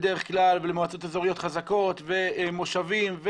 למועצות אזוריות חזקות ולמושבים,